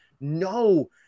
no